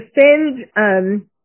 defend